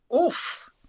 Oof